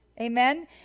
Amen